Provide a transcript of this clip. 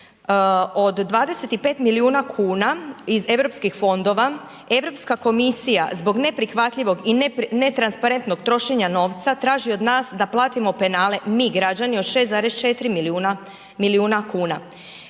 od 25 milijuna kuna iz Europskih fondova, Europska komisija zbog neprihvatljivog i netransparentnog trošenja novca traži od nas da platimo penale, mi građani od 6,4 milijuna,